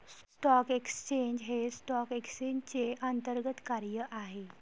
stock exchange हे stock एक्सचेंजचे अंतर्गत कार्य आहे